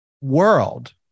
world